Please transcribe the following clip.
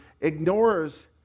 ignores